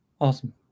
Awesome